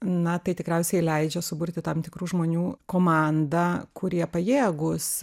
na tai tikriausiai leidžia suburti tam tikrų žmonių komandą kurie pajėgūs